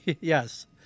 yes